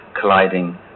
colliding